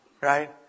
right